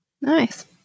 Nice